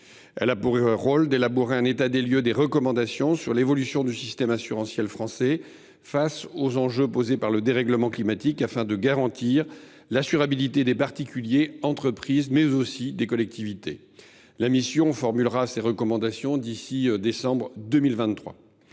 Elle a pour rôle de dresser un état des lieux des recommandations sur l’évolution du système assurantiel français face aux enjeux posés par le dérèglement climatique, afin de garantir l’assurabilité des particuliers, des entreprises et des collectivités. La mission formulera ses recommandations d’ici décembre 2023.